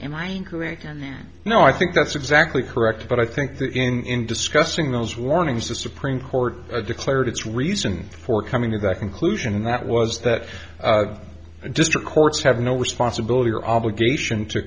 and now i think that's exactly correct but i think that in discussing those warnings the supreme court declared its reason for coming to that conclusion and that was that the district courts have no responsibility or obligation to